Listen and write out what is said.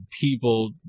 people